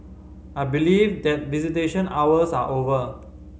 I believe that visitation hours are over